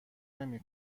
نمی